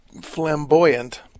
flamboyant